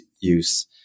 use